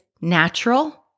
natural